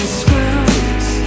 screws